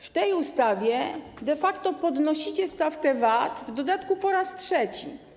W tej ustawie de facto podnosicie stawkę VAT, w dodatku po raz trzeci.